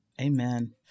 Amen